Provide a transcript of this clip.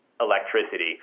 electricity